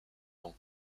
ans